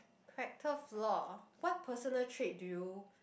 character flaw what personal trait do you